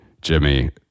Jimmy